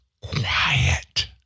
Quiet